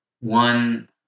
one